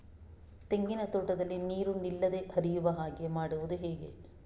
ತೆಂಗಿನ ತೋಟದಲ್ಲಿ ನೀರು ನಿಲ್ಲದೆ ಹರಿಯುವ ಹಾಗೆ ಮಾಡುವುದು ಹೇಗೆ?